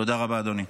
תודה רבה, אדוני.